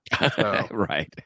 Right